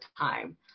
time